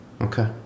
Okay